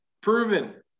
proven